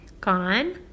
Gone